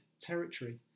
territory